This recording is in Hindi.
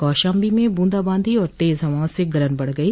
कौशाम्बी में बूंदाबादी और तेज हवाओं से गलन बढ़ गई